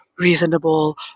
Reasonable